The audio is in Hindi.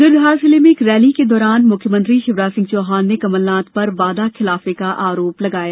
उधर धार जिले में एक रैली के दौरान मुख्यमंत्री शिवराज सिंह चौहान ने कमलनाथ पर वादा खिलाफी का आरोप लगाया